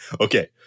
Okay